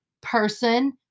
person